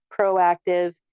proactive